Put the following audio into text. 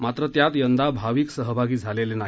मात्र त्यात यंदा भाविक सहभागी झालेले नाही